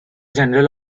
general